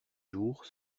jours